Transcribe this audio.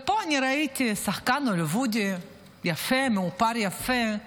ופה אני ראיתי שחקן הוליווד יפה, מאופר יפה,